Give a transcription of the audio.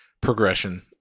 progression